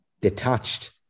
detached